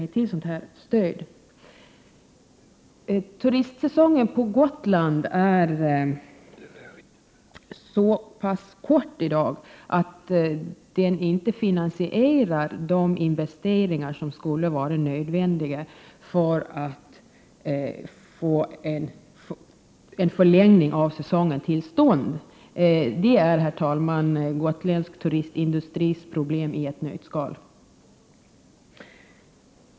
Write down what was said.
Turistsäsongen på Gotland är kort, och man kan inte finansiera de investeringar som är nödvändiga för att få en förlängning av säsongen till stånd. Det är, herr talman, gotländsk turistindustris problem i ett nötskal.